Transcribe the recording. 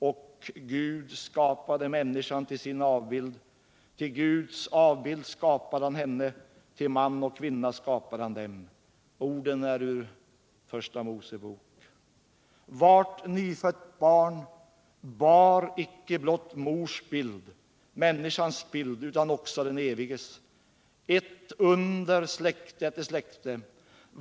”Och Gud skapade människan till sin avbild, till Guds avbild skapade han henne, till man och kvinna skapade han dem.” Orden är ur Första Mosebok. Vart nyfött barn bär icke blott mors bild — människans bild — utan också den Eviges. Ett under släkte efter släkte!